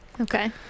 okay